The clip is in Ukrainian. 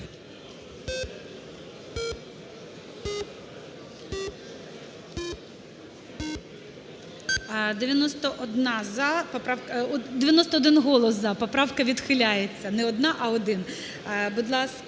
91 голос "за", поправка відхиляється. Не одна, а один. Будь ласка,